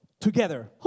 Together